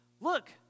look